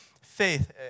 Faith